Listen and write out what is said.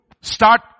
start